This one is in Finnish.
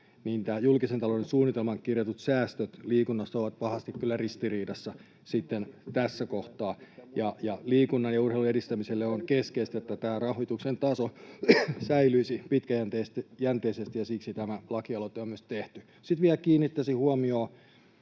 nämä julkisen talouden suunnitelmaan kirjatut säästöt liikunnasta ovat pahasti kyllä ristiriidassa sitten tässä kohtaa. Liikunnan ja urheilun edistämiselle on keskeistä, että tämä rahoituksen taso säilyisi pitkäjänteisesti, ja siksi tämä lakialoite on myös tehty. Sitten vielä kiinnittäisin huomiota